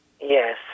Yes